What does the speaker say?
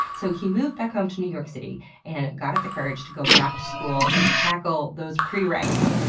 so he moved back home to new york city and got up the courage to go back to school and tackle those pre-reqs.